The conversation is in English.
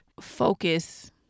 focus